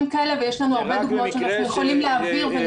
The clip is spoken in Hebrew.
כאלה ויש לנו הרבה דוגמאות שאנחנו יכולים להעביר ונשמח להעביר.